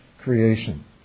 creation